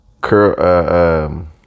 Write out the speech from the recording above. curl